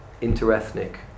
inter-ethnic